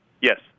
Yes